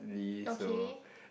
okay